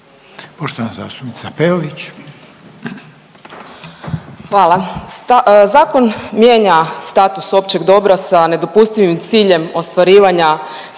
**Peović, Katarina (RF)** Hvala. Zakon mijenja status općeg dobra sa nedopustivim ciljem ostvarivanja stvarnih